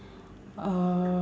uh